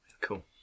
Cool